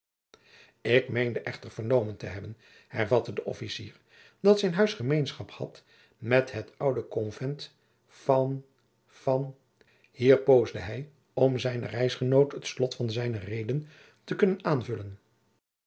ik meende echter vernomen te hebben hervatte de officier dat zijn huis gemeenschap had met het oude konvent van van hier poosde hij om zijnen reisgenoot het slot van zijne reden te doen aanvullen